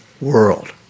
world